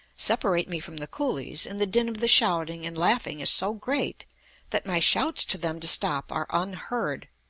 separate me from the coolies, and the din of the shouting and laughing is so great that my shouts to them to stop are unheard.